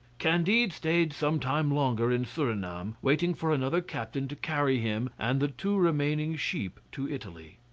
candide stayed some time longer in surinam, waiting for another captain to carry him and the two remaining sheep to italy.